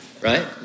Right